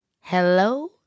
hello